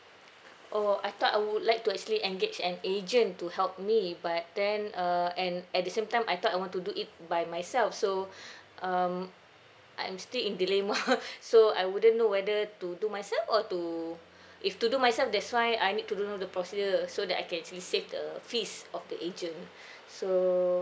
oh I thought I would like to actually engage an agent to help me but then uh and at the same time I thought I want to do it by myself so um I am still in dilemma so I wouldn't know whether to do myself or to if to do myself that's why I need to do know the procedure so that I can actually save the fees of the agent so